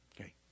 Okay